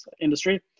industry